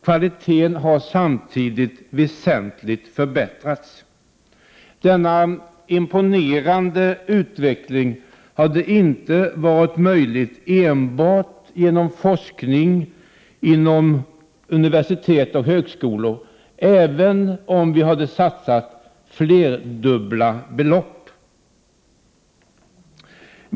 Kvaliteten har samtidigt väsentligt förbättrats. Denna imponerande utveckling hade inte varit möjlig enbart genom forskning vid universitet och högskolor, även om vi hade satsat flerdubbla belopp.